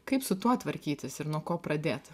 kaip su tuo tvarkytis ir nuo ko pradėti